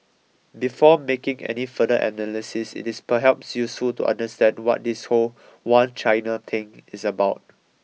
before making any further analysis it is perhaps useful to understand what this whole one China thing is about